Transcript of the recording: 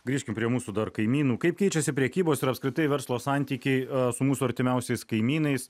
grįžkim prie mūsų kaimynų kaip keičiasi prekybos ir apskritai verslo santykiai su mūsų artimiausiais kaimynais